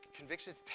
convictions